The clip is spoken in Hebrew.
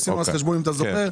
עשינו אז חשבון אם אתה זוכר,